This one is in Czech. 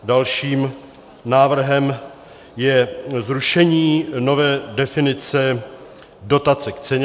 Dalším návrhem je zrušení nové definice dotace k ceně.